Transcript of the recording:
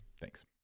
Thanks